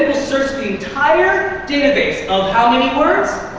search the entire database of how many words?